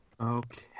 Okay